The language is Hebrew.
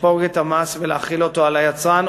לספוג את המס ולהחיל אותו על היצרן,